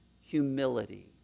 humility